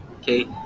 Okay